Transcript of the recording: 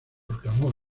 proclamó